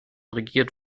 regiert